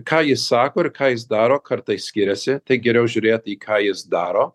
ką jis sako ir ką jis daro kartais skiriasi tai geriau žiūrėt į ką jis daro